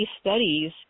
studies